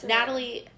Natalie